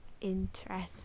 Interesting